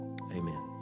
Amen